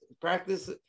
practice